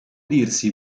dirsi